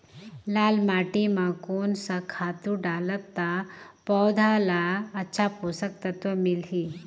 लाल माटी मां कोन सा खातु डालब ता पौध ला अच्छा पोषक तत्व मिलही?